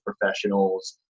professionals